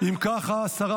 חבר הכנסת